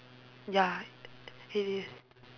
ya it is